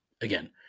again